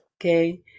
Okay